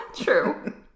True